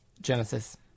Genesis